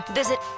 visit